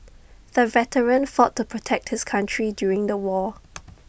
the veteran fought to protect his country during the war